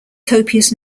copious